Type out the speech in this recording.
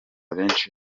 benshi